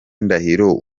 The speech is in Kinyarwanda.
ndahiro